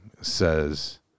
says